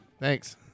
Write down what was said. Thanks